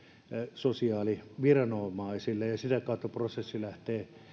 sosiaaliviranomaisille ja sitä kautta prosessi lähtee